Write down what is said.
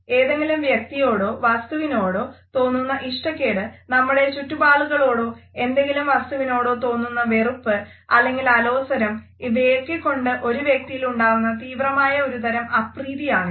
ഏതെങ്കിലും വ്യക്തിയായോടോ വസ്തുവിനോടോ തോന്നുന്ന ഇഷ്ടക്കേട് നമ്മുടെ ചുറ്റുപാടുകളോടോ എന്തെങ്കിലും വസ്തുവിനോടോ തോന്നുന്ന വെറുപ്പ് അല്ലെങ്കിൽ അലോസരം ഇവയൊക്കെക്കൊണ്ട് ഒരു വ്യക്തിയിൽ ഉണ്ടാവുന്ന തീവ്രമായ ഒരു തരം അപ്രീതിയാണിത്